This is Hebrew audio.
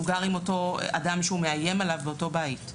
גר עם אותו אדם שהוא מאיים עליו באותו בית.